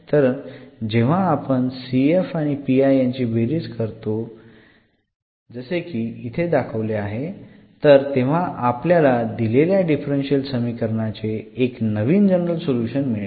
तर जेव्हा आपण CF आणि PI यांची बेरीज करतो जसे की इथे दाखवले आहे तर तेव्हा आपल्याला दिलेल्या डिफरन्शियल समीकरणाचे एक नवीन जनरल सोल्युशन मिळेल